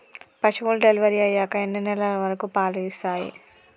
పశువులు డెలివరీ అయ్యాక ఎన్ని నెలల వరకు పాలు ఇస్తాయి?